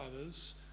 others